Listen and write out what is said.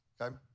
okay